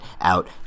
out